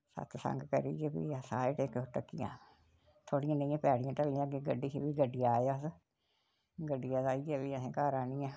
सतसंग करियै फ्ही अस आए इक ढक्कियां थोह्ड़ियां नेहियां पैड़ियां टलियां अग्गें गड्डी ही फ्ही आए अस गड्डियै आइयै फिर अहें घर आह्नियै